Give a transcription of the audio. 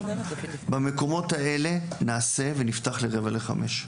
במקומות האלה נעשה ונפתח ל-16:45.